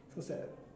so sad